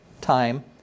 time